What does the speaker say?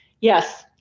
yes